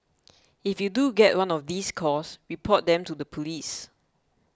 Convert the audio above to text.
if you do get one of these calls report them to the police